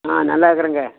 ஆ நல்லாருக்கறேங்க